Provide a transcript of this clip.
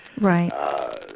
right